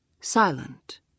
Silent